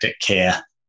care